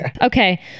Okay